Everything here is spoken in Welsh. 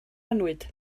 annwyd